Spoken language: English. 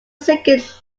second